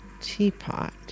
Teapot